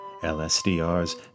LSDR's